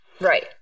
Right